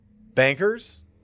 bankers